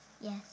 Yes